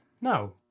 No